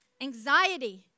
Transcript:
anxiety